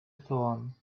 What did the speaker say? thorn